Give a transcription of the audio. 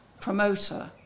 promoter